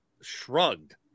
shrugged